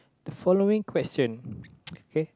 the following question okay